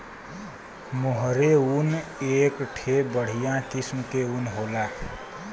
मोहेर ऊन एक ठे बढ़िया किस्म के ऊन होला